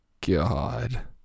God